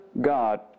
God